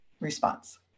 response